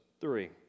three